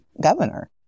governor